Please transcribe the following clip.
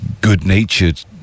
good-natured